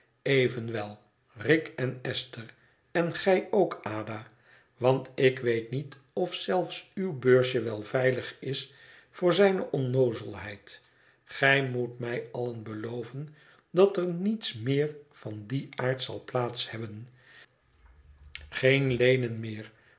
evenwel rick en estber en gij ook ada want ik weet niet of zelfs uw beursje wel veilig is voor zijne onnoozelheid gij moet mij allen beloven dat er niets meer van dien aard zal plaats hebben geen leenen meer